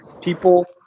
people